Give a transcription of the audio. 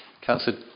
Councillor